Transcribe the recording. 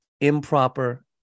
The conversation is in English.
improper